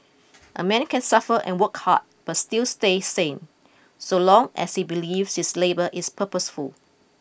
a man can suffer and work hard but still stay sane so long as he believes his labour is purposeful